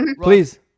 please